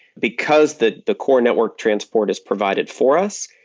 because the the core network transport is provided for us,